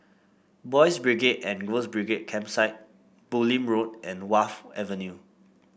Boys' Brigade and Girls' Brigade Campsite Bulim Street and Wharf Avenue